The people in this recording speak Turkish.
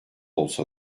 olsa